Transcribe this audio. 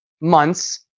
months